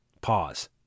Pause